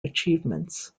achievements